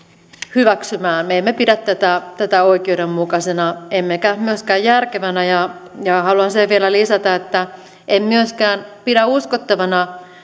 hyväksymään me emme pidä tätä tätä oikeudenmukaisena emmekä myöskään järkevänä haluan sen vielä lisätä että en myöskään pidä uskottavana